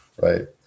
right